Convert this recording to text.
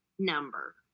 number